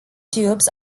tubes